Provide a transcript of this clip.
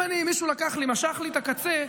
אם מישהו לקח לי, משך לי את הקצה,